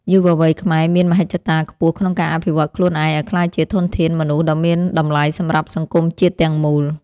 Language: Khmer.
យុវវ័យខ្មែរមានមហិច្ឆតាខ្ពស់ក្នុងការអភិវឌ្ឍន៍ខ្លួនឯងឱ្យក្លាយជាធនធានមនុស្សដ៏មានតម្លៃសម្រាប់សង្គមជាតិទាំងមូល។